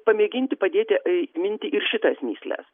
pamėginti padėti įminti ir šitas mįsles